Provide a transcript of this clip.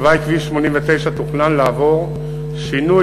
תוואי כביש 89 תוכנן לעבור שינוי